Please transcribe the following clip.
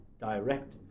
direct